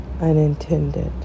unintended